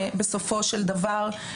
בסופו של דבר,